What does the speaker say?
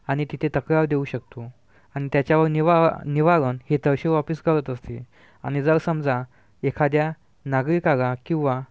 आणि तिथे तक्रार देऊ शकतो आणि त्याच्यावर निवार निवारण हे तहसील ऑफिस करत असते आणि जर समजा एखाद्या नागरिकाला किंवा